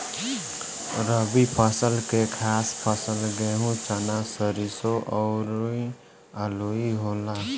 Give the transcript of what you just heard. रबी फसल के खास फसल गेहूं, चना, सरिसो अउरू आलुइ होला